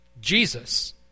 Jesus